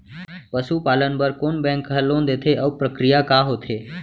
पसु पालन बर कोन बैंक ह लोन देथे अऊ प्रक्रिया का होथे?